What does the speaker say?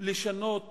לשנות